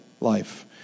life